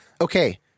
Okay